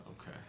Okay